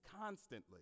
constantly